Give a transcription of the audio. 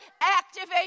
activate